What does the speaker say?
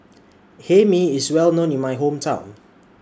Hae Mee IS Well known in My Hometown